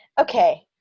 Okay